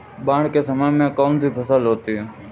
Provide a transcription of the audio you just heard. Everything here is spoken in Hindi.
बाढ़ के समय में कौन सी फसल होती है?